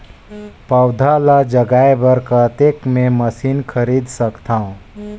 पौधा ल जगाय बर कतेक मे मशीन खरीद सकथव?